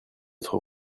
votre